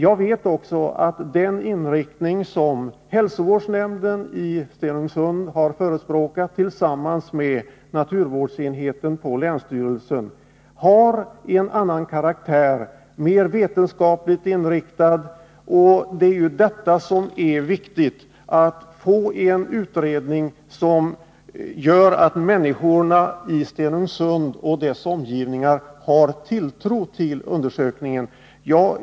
Jag vet också att den utredning som hälsovårdsnämnden i Stenungsund har förespråkat, tillsammans med naturvårdsenheten på länsstyrelsen, har en annan karaktär och är mer vetenskapligt inriktad. Det är detta som är viktigt — att få en sådan utredning att människorna i Stenugnsund och dess omgivningar har tilltro till undersökningarna.